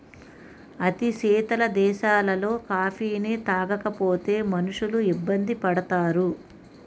అతి శీతల దేశాలలో కాఫీని తాగకపోతే మనుషులు ఇబ్బంది పడతారు